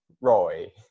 Roy